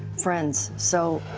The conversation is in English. friends. so